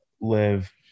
live